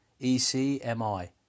ECMI